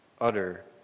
Utter